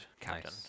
captain